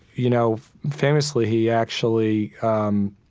you know, famously, he actually, um,